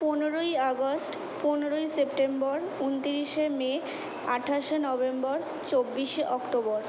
পনোরোই August পনেরোই September উনতিরিশে May আঠাশে নভেম্বর চব্বিশে অক্টোবর